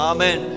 Amen